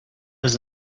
does